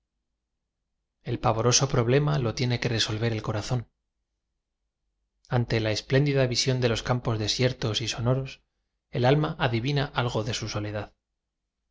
el pavoroso problema lo tiene que resolver el corazón ante la espléndida visión de los campos desiertos y sonoros el alma adivina algo de su soledad por